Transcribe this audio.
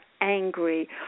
angry